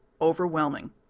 overwhelming